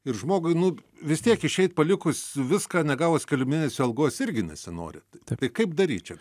ir žmogui nu vis tiek išeiti palikus viską negavus kelių mėnesių algos irgi nesinorint tai kaip daryt čia